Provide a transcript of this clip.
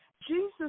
Jesus